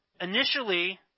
initially